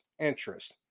interest